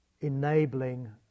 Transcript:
enabling